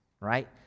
right